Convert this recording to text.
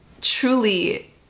truly